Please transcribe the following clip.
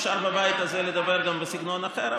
אפשר בבית הזה לדבר גם בסגנון אחר,